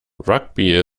rugby